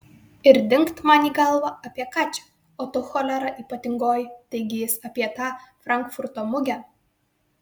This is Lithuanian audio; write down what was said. ir dingt man į galvą apie ką čia o tu cholera ypatingoji taigi jis apie tą frankfurto mugę